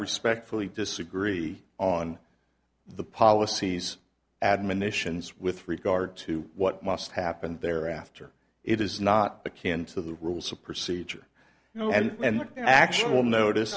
respectfully disagree on the policies admonitions with regard to what must happen there after it is not the can to the rules of procedure now and the actual notice